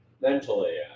Mentally